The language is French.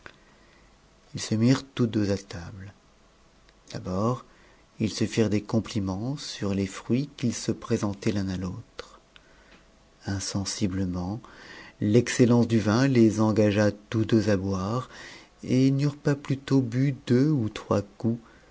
ils se mirent tous deux à table d'abord ils se firent des compliments sur les fruits qu'ils se présentaient l'un à l'autre insensiblement ex cellence du vin les engagea tous deux à boire et ils n'eurent pas plutôt bu deux ou trois coups